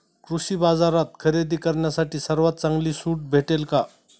कृषी बाजारात खरेदी करण्यासाठी सर्वात चांगली सूट भेटेल का?